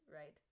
right